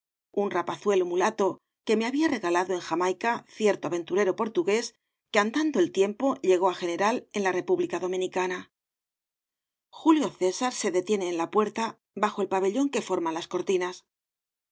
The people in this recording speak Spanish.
un rapazuelo mulato que me había regalado en jamaica cierto aventurero portugués que andando el tiempo llegó á general en la república dominicana julio césar se detiene en la puerta bajo el pabellón que forman las cortinas